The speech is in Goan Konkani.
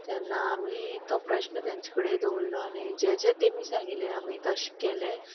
तेन्ना आमी तो प्रश्न तांचे कडेन दवरलो आनी जे जे तेमी सांगिल्लें आमी तशें केलें